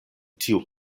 tiu